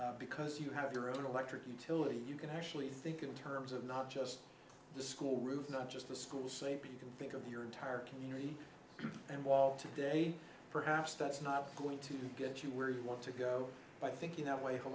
that because you have your own electric utility you can actually think in terms of not just the school roof not just the school sleep you can think of your entire community and while today perhaps that's not going to get you where you want to go by thinking that way